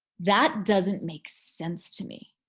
that doesn't make sense to me.